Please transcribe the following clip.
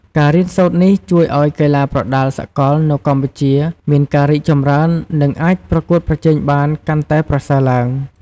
ការរៀនសូត្រនេះជួយឲ្យកីឡាប្រដាល់សកលនៅកម្ពុជាមានការរីកចម្រើន និងអាចប្រកួតប្រជែងបានកាន់តែប្រសើរឡើង។